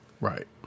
right